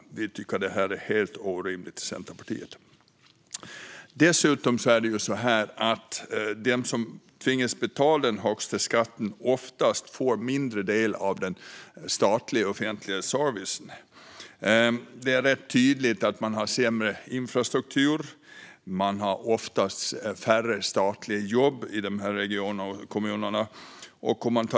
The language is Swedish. Centerpartiet tycker att det är helt orimligt. Det är dessutom så att de kommuner som tvingas betala den högsta skatten oftast får mindre del av den statliga, offentliga servicen. Det är rätt tydligt att man i de här regionerna och kommunerna har sämre infrastruktur och oftast färre statliga jobb.